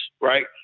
right